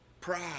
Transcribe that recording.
pride